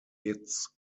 its